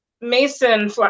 mason